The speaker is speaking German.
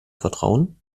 vertrauen